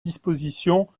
disposition